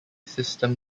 system